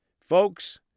Folks